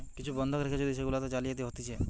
কিছু বন্ধক রেখে যদি সেগুলাতে জালিয়াতি হতিছে